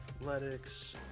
Athletics